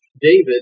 David